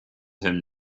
him